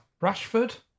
Rashford